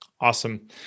Awesome